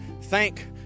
thank